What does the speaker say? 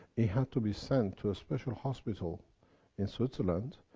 it had to be sent to special hospital in switzerland.